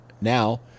Now